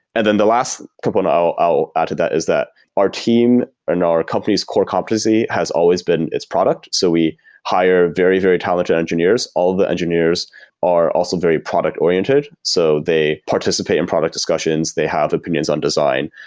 and then the last couple and i'll add ah to that is that our team and our company's core competency has always been its product so we hire very, very talented engineers. all the engineers are also very product-oriented, so they participate in product discussions, they have opinions on design.